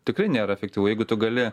tikrai nėra efektyvu jeigu tu gali